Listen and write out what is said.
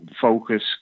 focus